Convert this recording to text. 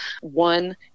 One